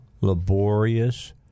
laborious